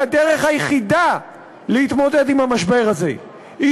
והדרך היחידה להתמודד עם המשבר הזה היא